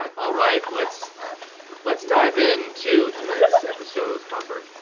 all right, let's let's dive into tonight's episode proper.